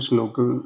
local